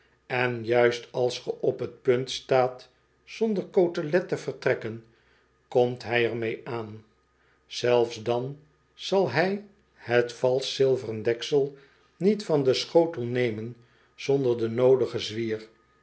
en juist als ge op t punt staat zonder cotelet te vertrekken komt hij er mee aan zelfs dan zal hij het valsch zilveren deksel niet van den schotel nemen zonder den noodigen zwier